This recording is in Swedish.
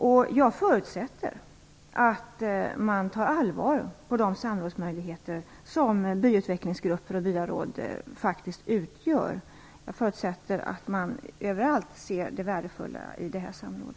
Jag förutsätter att man tar de samrådsmöjligheter som byutvecklingsgrupper och byaråd utgör på allvar och att man överallt kan se det värdefulla i detta samråd.